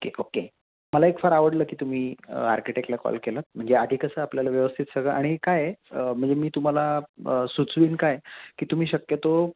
okay okay मला एक फार आवडलं की तुमी आर्किटेक्टला कॉल केलात म्हणजे आधी कसं आपल्याला व्यवस्थित सगळं आणि कायआहे म्हणजे मी तुम्हाला सुचवीन काय की तुम्ही शक्यतो